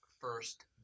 first